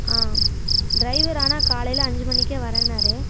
ஆ driver ஆனால் காலையில் அஞ்சு மணிக்கே வரேன்னார்